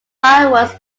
fireworks